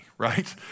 right